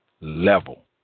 level